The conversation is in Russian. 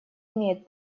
имеет